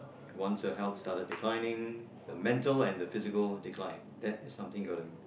once her health started declining the mental and the physical decline that is something gonna